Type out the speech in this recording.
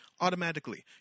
automatically